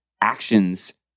actions